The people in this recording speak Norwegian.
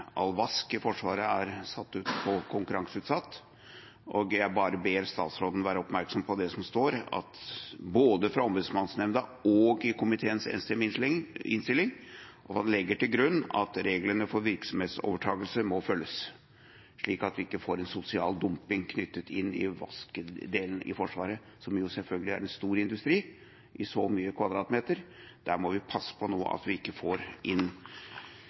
all vask i Forsvaret er konkurranseutsatt. Jeg bare ber statsråden om å være oppmerksom på det som sies både fra Ombudsmannsnemnda og i komiteens enstemmige innstilling, at man legger til grunn at reglene for virksomhetsoverdragelse følges, slik at vi ikke får en sosial dumping knyttet til vasketjenesten i Forsvaret, som selvfølgelig er en stor industri, med så mange kvadratmeter. Der må vi passe på at vi ikke får inn